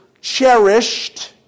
cherished